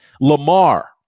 Lamar